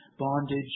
bondage